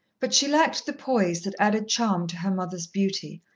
but she lacked the poise that added charm to her mother's beauty,